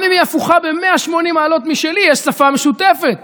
גם אם היא הפוכה ב-180 מעלות משלי, יש שפה משותפת,